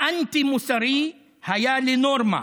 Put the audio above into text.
האנטי-מוסרי היה לנורמה,